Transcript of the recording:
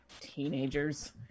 teenagers